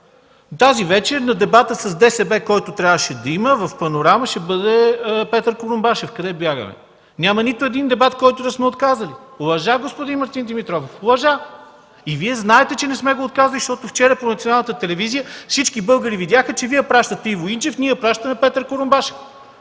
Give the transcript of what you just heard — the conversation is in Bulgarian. Тази вечер на дебата с ДСБ, който трябва да има, в „Панорама” ще бъде Петър Курумбашев. Къде бягаме? Няма нито един дебат, който да сме отказали. Лъжа, господин Мартин Димитров! Лъжа! Вие знаете, че не сме го отказали, защото вчера по Националната телевизия всички българи видяха, че Вие пращате Иво Инджев, ние пращаме Петър Курумбашев.